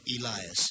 Elias